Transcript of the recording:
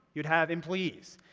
you'd have employees.